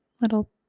little